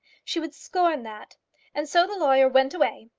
she would scorn that and so the lawyer went away.